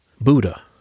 Buddha